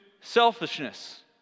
selfishness